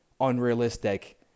unrealistic